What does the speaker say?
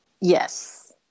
Yes